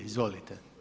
Izvolite.